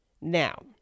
Now